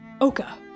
Oka